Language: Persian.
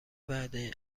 وعده